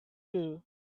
blue